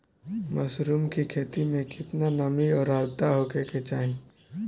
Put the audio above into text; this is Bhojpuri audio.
मशरूम की खेती में केतना नमी और आद्रता होखे के चाही?